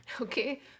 Okay